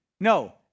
no